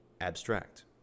abstract